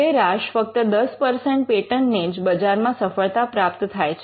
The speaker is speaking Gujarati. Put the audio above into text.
સરેરાશ ફક્ત 10 પેટન્ટ ને જ બજારમાં સફળતા પ્રાપ્ત થાય છે